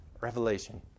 Revelation